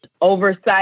oversight